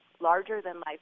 larger-than-life